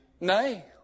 nay